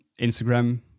Instagram